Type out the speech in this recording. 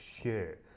share